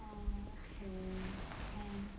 err okay can